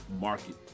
market